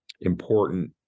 important